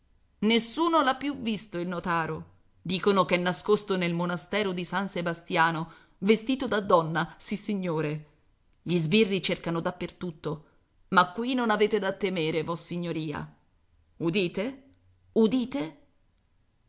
nessuno l'ha più visto il notaro dicono ch'è nascosto nel monastero di san sebastiano vestito da donna sissignore gli sbirri cercano da per tutto ma qui non avete da temere vossignoria udite udite